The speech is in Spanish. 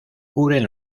cubren